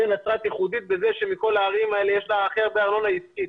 העיר נצרת ייחודית בזה שמכל הערים האלה יש לה הכי הרבה ארנונה עסקית.